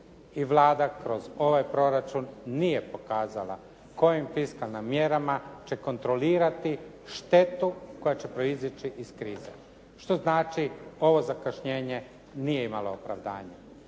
i Vlada kroz ovaj proračun nije pokazala kojim …/Govornik se ne razumije./… mjerama će kontrolirati štetu koja će proizići iz krize. Što znači ovo zakašnjenje nije imalo opravdanje.